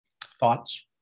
Thoughts